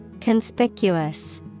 Conspicuous